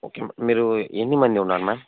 okay మీరు ఎన్ని మంది ఉన్నారు మేడం